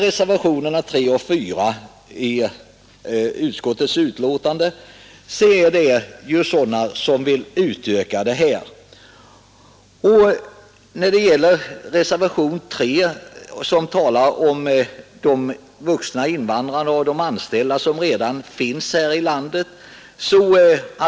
I reservationerna 3 och 4 har yrkats på en utökning av bestämmelserna, och i reservationen 3 talas det om de vuxna invandrarna och om de anställda som redan finns här i landet.